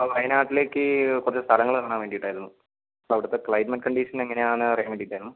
വായനാടിലേക്ക് കുറച്ച് സ്ഥലങ്ങൾ കാണാൻ വേണ്ടിയിട്ട് ആയിരുന്നു അപ്പോൾ അവിടുത്തെ ക്ലൈമറ്റ് കണ്ടിഷൻ എങ്ങനെ ആണെന്ന് അറിയാൻ വേണ്ടിയിട്ട് ആയിരുന്നു